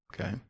Okay